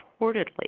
reportedly